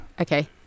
Okay